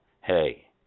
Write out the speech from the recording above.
hey